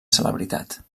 celebritat